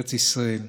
ובארץ ישראל.